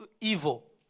evil